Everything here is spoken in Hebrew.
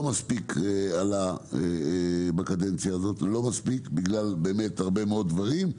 לא מספיק עלה בקדנציה הזאת בגלל הרבה מאוד דברים.